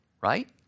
right